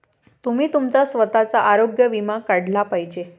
तुम्ही तुमचा स्वतःचा आरोग्य विमा काढला पाहिजे